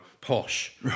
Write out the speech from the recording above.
posh